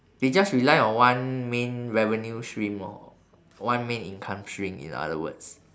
they just rely on one main revenue stream lor one main income stream in other words